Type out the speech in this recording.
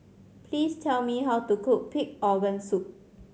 please tell me how to cook pig organ soup